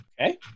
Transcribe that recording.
Okay